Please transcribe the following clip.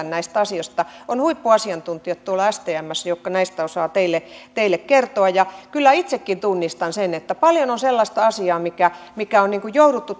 näistä asioista on huippuasiantuntijat tuolla stmssä jotka näistä osaavat teille teille kertoa kyllä itsekin tunnistan sen että paljon on sellaista asiaa mikä mikä on jouduttu